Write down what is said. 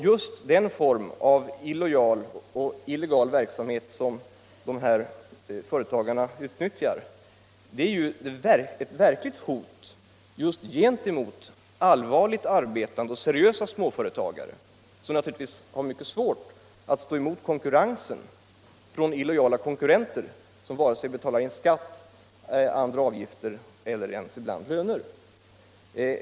Just den form av illojal och illegal verksamhet som dessa företag bedriver är ett verkligt hot gentemot allvarligt arbetande och seriösa småföretagare, som naturligtvis har mycket svårt att stå emot konkurrensen från illojala konkurrenter som inte betalar in vare sig skatt eller andra avgifter, ibland inte ens löner.